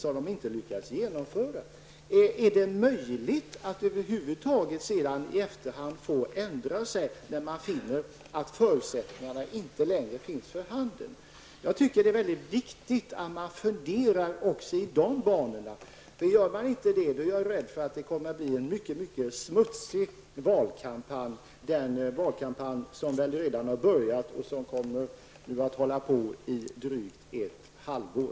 Är det över huvud taget möjligt att i efterhand få ändra sig, när man finner att förutsättningarna inte längre finns för handen? Jag tycker att det är väldigt viktigt att fundera också i de banorna. Gör man inte det, är jag rädd för att det kommer att bli en mycket smutsig valkampanj, den som väl redan har börjat och som nu kommer att hålla på i drygt ett halvår.